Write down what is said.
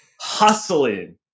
hustling